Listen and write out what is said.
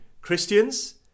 Christians